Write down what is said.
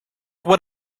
what